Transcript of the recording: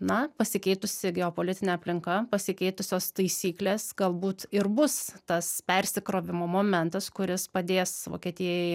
na pasikeitusi geopolitinė aplinka pasikeitusios taisyklės galbūt ir bus tas persikrovimo momentas kuris padės vokietijai